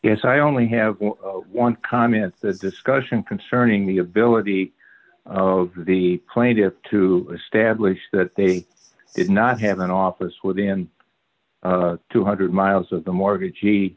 yes i only have one comment the discussion concerning the ability of the plaintiffs to establish that they did not have an office within two hundred miles of the mortgage